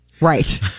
Right